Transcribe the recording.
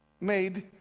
made